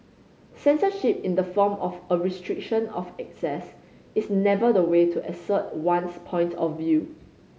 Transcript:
censorship in the form of a restriction of access is never the way to assert one's point of view